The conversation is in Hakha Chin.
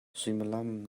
suimilam